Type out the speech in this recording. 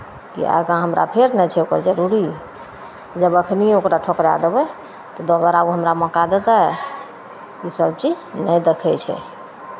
से आगाँ हमरा फेर ने छै जरूरी जब एखन ओकरा ठुकरा देबै तऽ दोबारा ओ हमरा मौका देतय ईसभ चीज नहि देखै छै